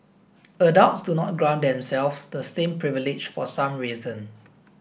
adults do not grant themselves the same privilege for some reason